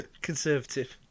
Conservative